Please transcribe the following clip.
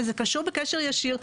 וזה פשוט בקשר ישיר,